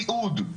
סיעוד,